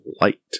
light